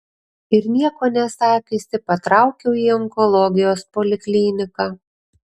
ir nieko nesakiusi patraukiau į onkologijos polikliniką